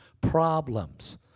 problems